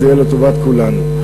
זה יהיה לטובת כולנו.